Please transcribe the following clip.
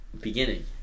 beginning